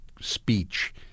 speech